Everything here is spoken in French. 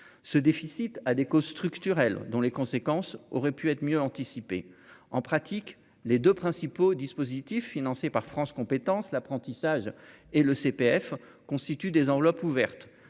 ce déficit à des causes structurelles dont les conséquences auraient pu être mieux anticiper, en pratique, les 2 principaux dispositifs financés par France compétence l'apprentissage et le CPF constituent des enveloppes ouvertes